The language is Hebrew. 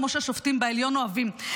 כמו שהשופטים בעליון אוהבים.